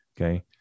Okay